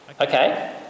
Okay